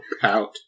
pout